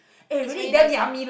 it's really nicer